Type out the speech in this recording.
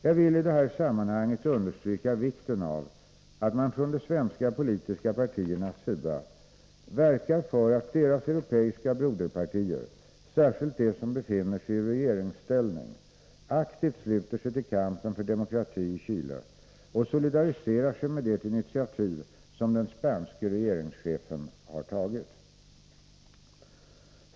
Jag vill i detta sammanhang understryka vikten av att man från de svenska politiska partiernas sida verkar för att deras europeiska broderpartier, särskilt de som befinner sig i regeringsställning, aktivt ansluter sig till kampen för demokrati i Chile och solidariserar sig med det initiativ som den spanske regeringschefen har tagit.